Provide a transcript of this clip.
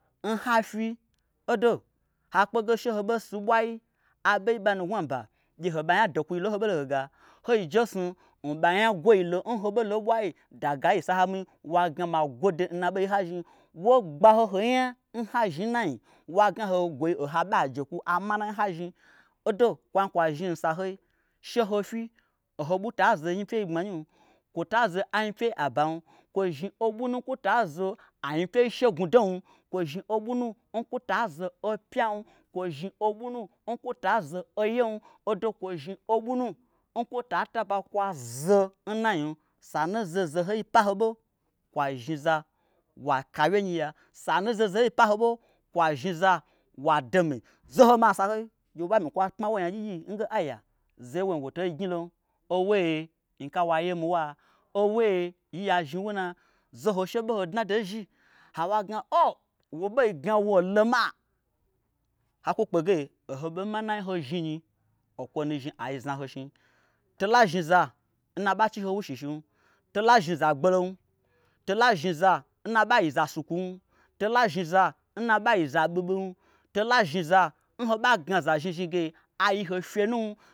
N ha fyi odo hakpe ge sheho bei si bwai aɓei nɓa nu ngnwuaba gye ho n ɓanya dokwui lo n hoɓolo hoi ga hoi jesnu n ɓanya gwoi lo n hoɓolo ɓwai dagayi sahami wa gna magwode nna ɓei n hazhni wo gba ho honya n ha zhni nnanyi wagna ho gwoi oho'a ɓo'ajekwu amanai hazhni. odo kwa zhni kwa zhni nsahoi she ho fyi oho ɓui ta zo n nyipyei yim. kwotazo anyi pyei abam kwo zhni oɓui nu nkwo tazo anyipyei shegnwu dom kwo zhni oɓui nu nkwota zo oyem odo kwozhni oɓui nu nkwota taba kwa zo nna nyim. Sanu zoho zohoi pa hoɓo kwa zhniza waka awyenyi ya. sanu n zoho zohoi pa hoɓo kwa zhni za wa domi. zoho ma n sahoi gye woɓa myikwa kpma wo nyagyi gyi nge aiya zeye nwoin wotei gnyilom ouwee nyika wayemi wua. ouwee ya zhni wuna. zoho she ɓoho dnado n zhi hawo aigna o wo ɓei gna wolo ma hakwu kpe ge oho ɓo manai nho zhninyi okwo nu zhni ai zna ho shnyi tola zhni za nna ba chi ho wushishim gbolom tola zhni za nna ɓayi za sukwum tola zhni za nna ɓayi za ɓiɓim tola zhni za n hoɓa gnaza zhni zhni ge ayi ho fyenum.